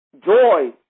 joy